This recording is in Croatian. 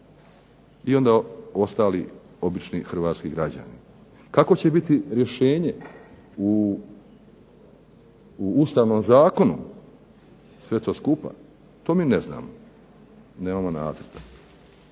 i onda ostali obični hrvatski građani. Kakvo će biti rješenje u Ustavnom zakonu i sve to skupa. To mi ne znamo, nemamo nacrta.